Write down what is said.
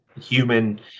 human